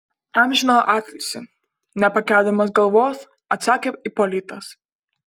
amžiną atilsį nepakeldamas galvos atsakė ipolitas